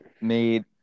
made